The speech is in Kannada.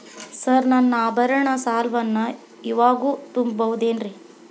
ಸರ್ ನನ್ನ ಆಭರಣ ಸಾಲವನ್ನು ಇವಾಗು ತುಂಬ ಬಹುದೇನ್ರಿ?